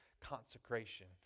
consecration